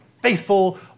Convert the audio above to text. faithful